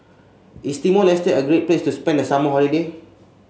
is Timor Leste a great place to spend the summer holiday